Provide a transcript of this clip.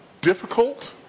difficult